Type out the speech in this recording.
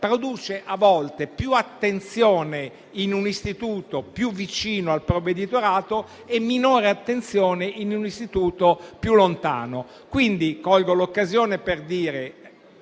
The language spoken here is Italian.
dedicata più attenzione a un istituto più vicino al provveditorato e minore attenzione a un istituto più lontano.